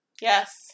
Yes